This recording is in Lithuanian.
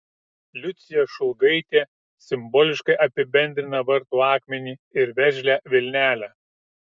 liucija šulgaitė simboliškai apibendrina vartų akmenį ir veržlią vilnelę